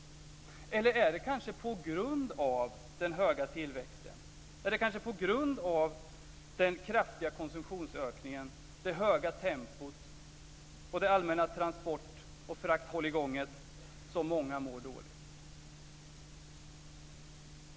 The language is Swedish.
Eller är det kanske på grund av den höga tillväxten, den kraftiga konsumtionsökningen, det höga tempot och det allmänna transport-och-frakthålligånget som många mår dåligt?